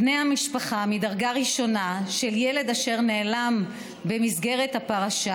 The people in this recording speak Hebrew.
בני המשפחה מדרגה ראשונה של ילד אשר נעלם במסגרת הפרשה